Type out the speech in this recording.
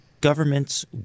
governments